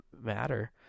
matter